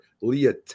Leah